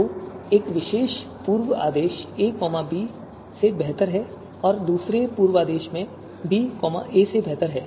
तो एक विशेष पूर्व आदेश a b से बेहतर है और दूसरा पूर्व आदेश b a से बेहतर है